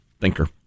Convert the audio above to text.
thinker